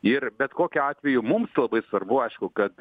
ir bet kokiu atveju mums labai svarbu aišku kad